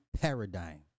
paradigm